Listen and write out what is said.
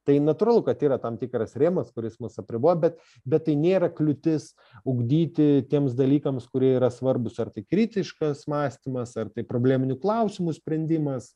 tai natūralu kad yra tam tikras rėmas kuris mus apriboja bet bet tai nėra kliūtis ugdyti tiems dalykams kurie yra svarbūs ar tai kritiškas mąstymas ar tai probleminių klausimų sprendimas